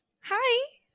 Hi